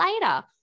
later